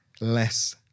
less